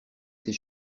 ses